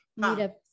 meetup